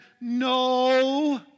no